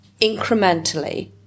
incrementally